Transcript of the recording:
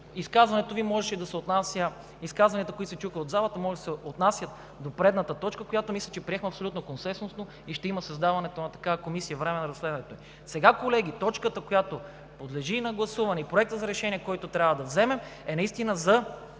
изказванията, които се чуха от залата, може да се отнасят до предната точка, която приехме абсолютно консенсусно, и ще има създаване на такава комисия – временна за разследването. Колеги, сега точката, която подлежи на гласуване, и Проектът за решение, който трябва да вземем, е наистина за